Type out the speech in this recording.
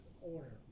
order